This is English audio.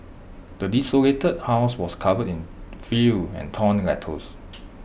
the desolated house was covered in filth and torn letters